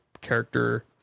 character